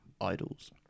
Idols